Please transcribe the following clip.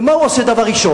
ומה הוא עושה דבר ראשון?